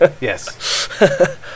yes